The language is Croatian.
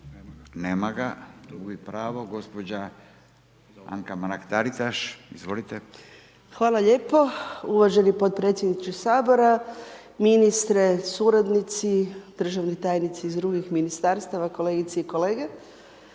Anka Mrak-Taritaš, izvolite. **Mrak-Taritaš, Anka (GLAS)** Hvala lijepo uvaženi potpredsjedniče Sabora, ministre, suradnici, državni tajnici iz drugih ministarstava, kolegice i kolege.